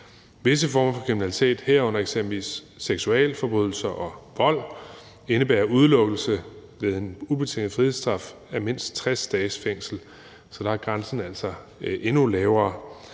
Visse former for kriminalitet, herunder eksempelvis seksualforbrydelser og vold, indebærer udelukkelse ved en ubetinget frihedsstraf på mindst 60 dages fængsel, så der er grænsen altså endnu lavere.